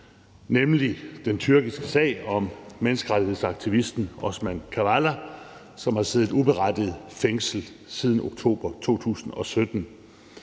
nemlig den tyrkiske sag om menneskerettighedsaktivisten Osman Kavala, som har siddet uberettiget fængslet siden oktober 2017.